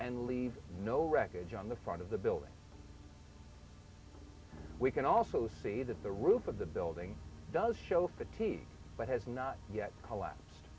and leave no wreckage on the front of the building we can also see that the roof of the building does show fatigue but has not yet collapsed